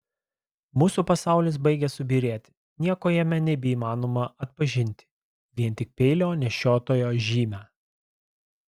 mūsų pasaulis baigia subyrėti nieko jame nebeįmanoma atpažinti vien tik peilio nešiotojo žymę